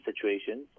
situations